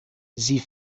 sie